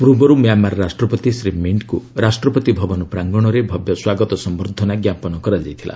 ପୂର୍ବରୁ ମ୍ୟାଁମାର ରାଷ୍ଟ୍ରପତି ଶ୍ରୀ ମିଷ୍ଟ୍କୁ ରାଷ୍ଟ୍ରପତି ଭବନ ପ୍ରାଙ୍ଗଣରେ ଭବ୍ୟ ସ୍ୱାଗତ ସମ୍ଭର୍ଦ୍ଧନା ଞ୍ଜାପନ କରାଯାଇଥିଲା